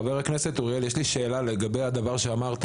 חבר הכנסת אוריאל, יש לי שאלה לגבי הדבר שאמרת.